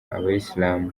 abayisilamu